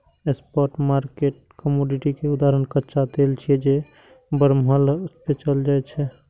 spot market commodity के उदाहरण कच्चा तेल छियै, जे बरमहल बेचल जाइ छै